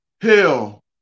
Hell